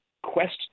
Quest